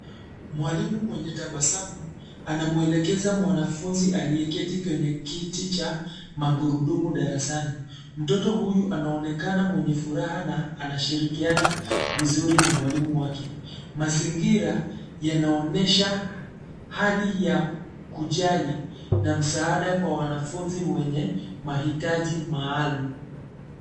Mwalimu mwenye tabasamu anamwelekeza mwanafunzi aliye keti kwenye kiti cha magurudumu darasani. Mtoto huyu anaonekana mwenye furaha na anashirikiana vizuri na mwalimu wake. Mazingira yanaonyesha hali ya kujali na msaada kwa wanafunzi wenye mahitaji maalum.